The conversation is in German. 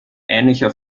ähnlicher